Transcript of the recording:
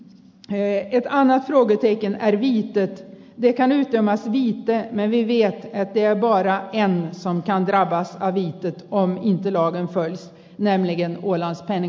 i själva verket vet vi att de här medlen har stor betydelse för den sociala sektorn för kulturlivet för idrotten med mera